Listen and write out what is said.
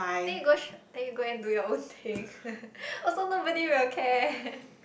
then you go sho~ then you go and do your own things also nobody will care